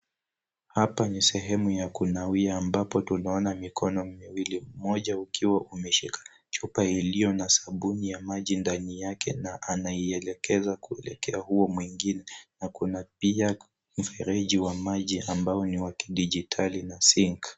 Hapa ni sehemu ya kunawia ambapo tunaona mikono miwili, mmoja ukiwa umeshika chupa ilio na sabuni ya maji ndani yake na anaielekeza kuelekea huo mwingine, na kuna pia mfereji wa maji ambao ni wa kidijitali, na sink .